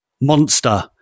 monster